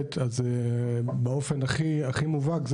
- באופן המובהק ביותר,